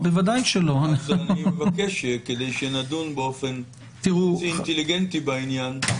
מבקש כדי שנדון באופן אינטליגנטי בעניין,